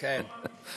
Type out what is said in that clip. יכול, לא אמרתי שלא.